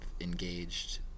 engaged